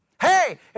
Hey